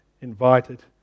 invited